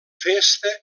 festa